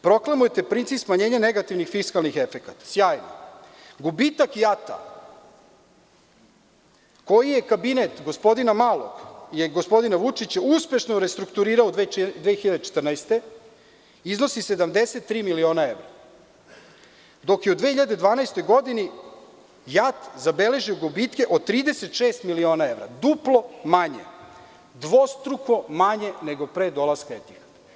Proklamujete princip smanjenja negativnih fiskalnih efekata, gubitak JAT-a, koji je Kabinet gospodina Malog i gospodin Vučić uspešno restrukturirao u 2014. godini, iznosi 73 miliona evra, dok je u 2012. godini JAT zabeležio gubitke od 36miliona evra, duplo manje, dvostruko manje nego pre dolaska „Etihada“